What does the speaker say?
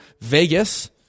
Vegas